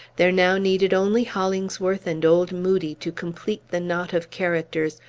there now needed only hollingsworth and old moodie to complete the knot of characters,